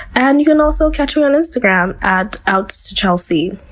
and you can also catch me on instagram at outtochelsea.